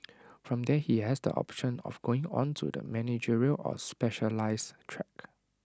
from there he has the option of going on to the managerial or specialise track